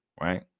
Right